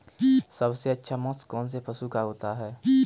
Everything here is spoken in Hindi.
सबसे अच्छा मांस कौनसे पशु का होता है?